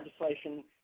legislation